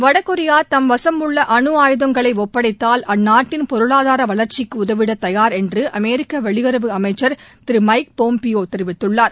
வடகெரியா தம் வசும் உள்ள அனு ஆயுதங்களை ஒப்படைத்தால் அந்நாட்டின் பொருளாதார வளர்ச்சிக்கு உதவிட தயார் என்று அமெரிக்க வெளியுறவு அமைச்சர் திரு மைக் கோம்பியோ தெரிவித்துள்ளார்